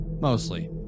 Mostly